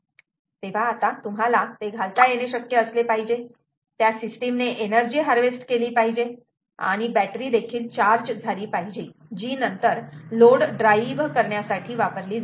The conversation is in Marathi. तेव्हा तुम्हाला ते घालता येणे शक्य असले पाहिजे त्या सिस्टीमने एनर्जी हार्वेस्ट केली पाहिजे आणि बॅटरी चार्ज झाली पाहिजे जी नंतर लोड ड्राईव्ह करण्यासाठी वापरली जाईल